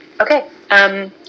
Okay